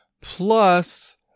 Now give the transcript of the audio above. Plus